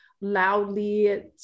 loudly